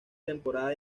temporada